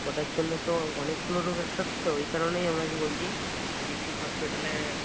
ওটার জন্য তো অনেকগুলো রোগ একসাথে তো ওই কারণেই আপনাকে বলছি ডিস্ট্রিক্ট হসপিটালে